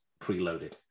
preloaded